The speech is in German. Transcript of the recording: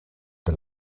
der